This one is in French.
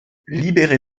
libéré